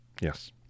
Yes